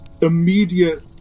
immediate